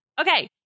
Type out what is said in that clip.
Okay